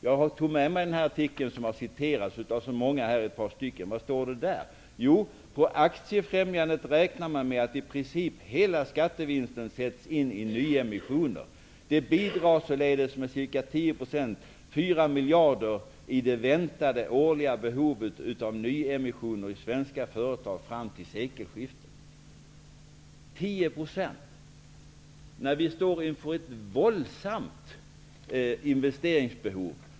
Jag tog med mig den artikel som har citerats av ett par debattörer här. Vad står det där? Jo: ''På Aktiefrämjandet räknar man med att i princip hela skattevinsten sätts in i nyemissioner. De bidrar således med cirka 10 Man talar om 10 % när vi står inför ett våldsamt investeringsbehov.